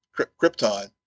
Krypton